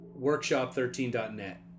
Workshop13.net